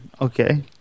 Okay